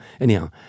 Anyhow